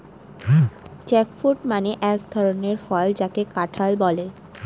jackfruit মানে হয় এক ধরনের ফল যাকে কাঁঠাল বলে